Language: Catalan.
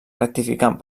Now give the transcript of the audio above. rectificant